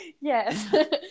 yes